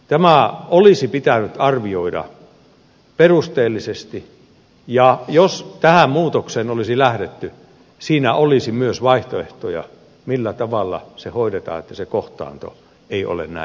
tämä olisi pitänyt arvioida perusteellisesti ja jos tähän muutokseen olisi lähdetty siinä olisi myös vaihtoehtoja millä tavalla se hoidetaan että se kohtaanto ei ole näin vakava